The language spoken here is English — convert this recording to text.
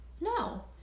no